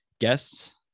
guests